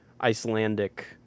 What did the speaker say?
Icelandic